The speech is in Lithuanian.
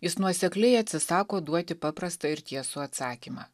jis nuosekliai atsisako duoti paprastą ir tiesų atsakymą